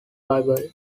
bible